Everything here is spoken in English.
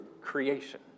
creation